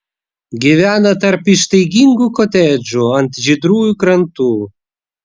gyvena tarp ištaigingų kotedžų ant žydrųjų krantų